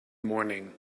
morning